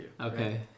Okay